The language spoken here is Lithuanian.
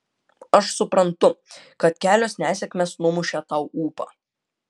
aš suprantu kad kelios nesėkmės numušė tau ūpą